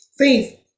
Faith